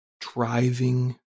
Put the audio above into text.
driving